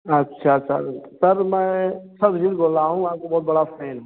अच्छा sir sir मैं प्रवीन बोल रहा हूँ आपका बड़ा फैन